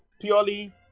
purely